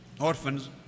orphans